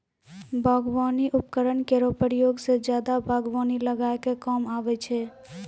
बागबानी उपकरन केरो प्रयोग सें जादा बागबानी लगाय क काम आबै छै